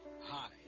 Hi